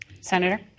Senator